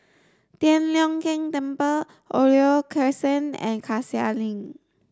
Tian Leong Keng Temple Oriole Crescent and Cassia Link